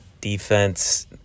Defense